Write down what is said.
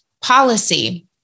policy